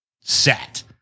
set